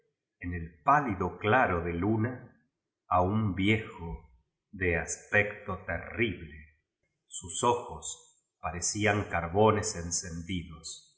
en el pálido claro de luna a un viejo de aspecto terrible su ojos parce un carbones encendidos